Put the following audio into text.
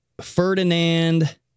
Ferdinand